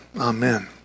Amen